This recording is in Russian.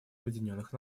объединенных